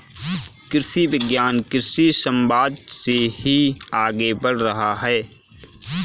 कृषि विज्ञान कृषि समवाद से ही आगे बढ़ रहा है